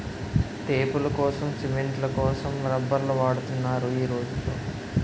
టేపులకోసం, సిమెంట్ల కోసం రబ్బర్లు వాడుతున్నారు ఈ రోజుల్లో